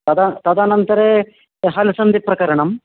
तदा तदनन्तरे य हल्सन्धिप्रकरणम्